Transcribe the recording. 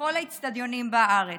לכל האצטדיונים בארץ.